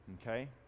okay